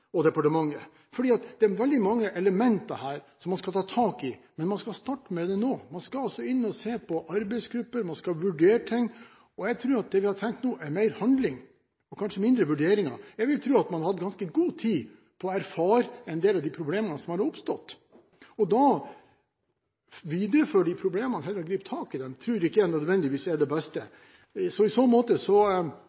departementet. Det er veldig mange elementer her man skal ta tak i, men man skal starte med det nå. Man skal altså inn og se på arbeidsgrupper, og man skal vurdere ting. Jeg tror at det vi hadde trengt nå, er mer handling og kanskje mindre vurderinger. Jeg vil tro at man har hatt ganske god tid på å erfare en del av de problemene som har oppstått, og da å videreføre de problemene heller enn å gripe tak i dem, tror ikke jeg nødvendigvis er det beste.